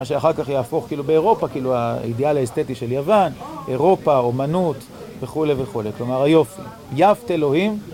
מה שאחר כך יהפוך, כאילו, באירופה, כאילו, האידיאל האסתטי של יוון, אירופה, אמנות וכולי וכולי. כלומר היופי, יפת אלוהים.